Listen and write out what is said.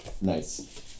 Nice